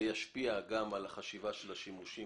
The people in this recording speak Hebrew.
שני סוגים של מורכבות בחשיבה על השימושים.